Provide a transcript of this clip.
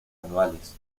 anuales